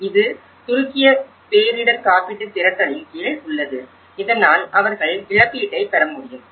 இது துருக்கிய பேரிடர் காப்பீட்டு திரட்டலின் கீழ் உள்ளது இதனால் அவர்கள் இழப்பீட்டைப் பெற முடியும்